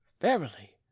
verily